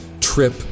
trip